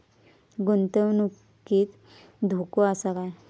गुंतवणुकीत धोको आसा काय?